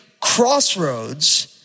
crossroads